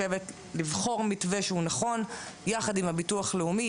לבחור מתווה שהוא נכון יחד עם הביטוח הלאומי,